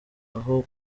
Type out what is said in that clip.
aho